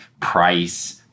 price